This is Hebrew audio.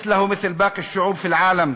(אומר בערבית: